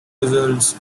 results